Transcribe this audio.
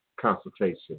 consultation